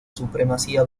supremacía